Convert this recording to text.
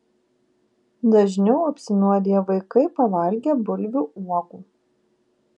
dažniau apsinuodija vaikai pavalgę bulvių uogų